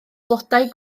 blodau